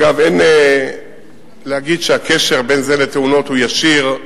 אגב, אין להגיד שהקשר בין זה לתאונות הוא ישיר.